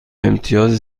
امتیاز